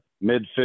mid